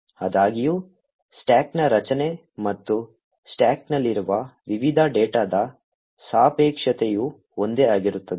ಆದಾಗ್ಯೂ ಸ್ಟಾಕ್ನ ರಚನೆ ಮತ್ತು ಸ್ಟಾಕ್ನಲ್ಲಿರುವ ವಿವಿಧ ಡೇಟಾದ ಸಾಪೇಕ್ಷತೆಯು ಒಂದೇ ಆಗಿರುತ್ತದೆ